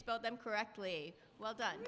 spell them correctly well done